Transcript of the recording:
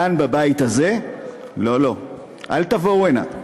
כאן, בבית הזה, לא לא, אל תבואו הנה.